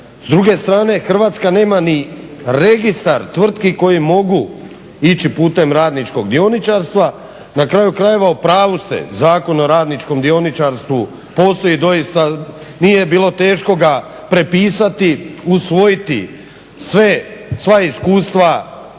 S druge strane Hrvatska nema ni registar tvrtki koje mogu ići putem radničkog dioničarstva. Na kraju krajeva u pravu ste Zakon o radničkom dioničarstvu postoji doista, nije bilo teško ga prepisati, usvojiti sva iskustva i